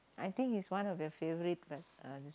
I think he's one of your favorite person